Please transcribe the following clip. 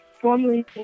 formerly